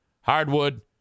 hardwood